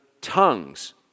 tongues